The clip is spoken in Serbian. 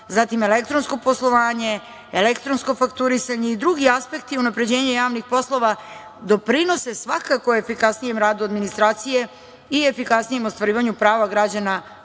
zatim, elektronsko poslovanje, elektronsko fakturisanje i drugi aspekti unapređenja javnih poslova doprinose, svakako, efikasnijem radu administracije i efikasnijem ostvarivanju prava građana pred